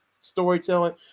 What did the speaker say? storytelling